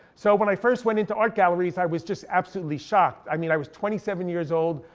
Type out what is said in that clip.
so when i first went into art galleries i was just absolutely shocked. i mean i was twenty seven years old.